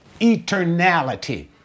eternality